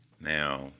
Now